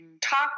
Talk